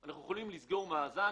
אנחנו יכולים לסגור מאזן